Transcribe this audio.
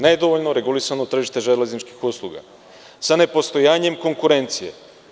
Nedovoljno regulisano tržište železničkih usluga sa nepostojanjem konkurencije.